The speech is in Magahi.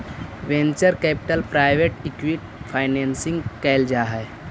venture capital private equity financing कैल जा हई